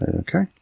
Okay